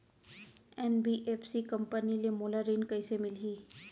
NBFC company ले मोला ऋण कइसे मिलही?